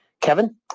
Kevin